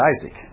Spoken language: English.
Isaac